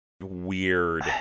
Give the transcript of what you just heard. weird